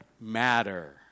matter